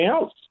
else